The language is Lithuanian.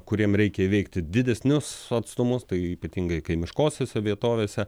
kuriem reikia įveikti didesnius atstumus tai ypatingai kaimiškosiose vietovėse